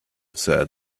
said